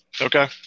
Okay